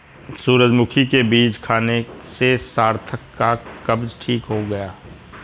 सूरजमुखी के बीज खाने से सार्थक का कब्ज ठीक हो गया